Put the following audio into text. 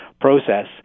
process